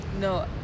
no